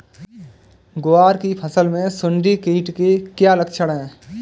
ग्वार की फसल में सुंडी कीट के क्या लक्षण है?